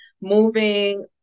moving